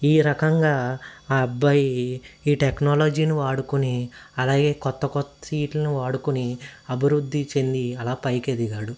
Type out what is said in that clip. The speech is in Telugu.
ఈ రకంగా ఆ అబ్బాయి ఈ టెక్నాలజీని వాడుకుని అలాగే క్రొత్త క్రొత్త సీట్లను వాడుకుని అభివృద్ధి చెంది అలా పైకి ఎదిగాడు